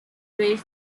rate